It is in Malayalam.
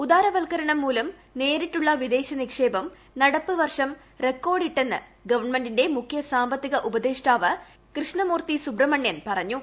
ഉദാരവൽക്കരണം മൂലം നേരിട്ടുള്ള വിദേശ നിക്ഷേപം നടപ്പ് വർഷം റെക്കോഡിട്ടെന്ന് ഗവൺമെന്റിന്റെ മുഖ്യ സാമ്പത്തിക ഉപദേഷ്ടാവ് കൃഷ്ണമൂർത്തി സുബ്രഹ്മണ്യൻ പറഞ്ഞു